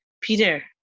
Peter